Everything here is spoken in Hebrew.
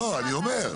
לא, אני אומר.